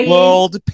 World